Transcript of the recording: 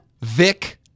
Vic